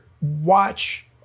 Watch